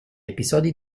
episodi